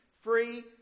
free